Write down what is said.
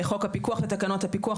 חוק הפיקוח ותקנות הפיקוח,